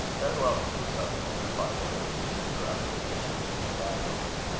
very well, mr. sutherland, replied harry, who seemed rather deficient in combativeness,